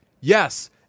Yes